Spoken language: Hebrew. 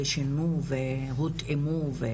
שונו והותאמו?